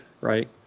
right